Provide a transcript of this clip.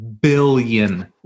billion